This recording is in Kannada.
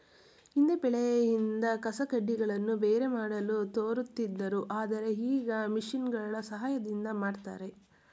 ಹಿಂದೆ ಬೆಳೆಯಿಂದ ಕಸಕಡ್ಡಿಗಳನ್ನು ಬೇರೆ ಮಾಡಲು ತೋರುತ್ತಿದ್ದರು ಆದರೆ ಈಗ ಮಿಷಿನ್ಗಳ ಸಹಾಯದಿಂದ ಮಾಡ್ತರೆ